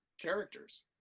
characters